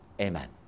Amen